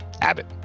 Abbott